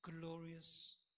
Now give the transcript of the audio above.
glorious